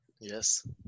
Yes